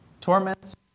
torments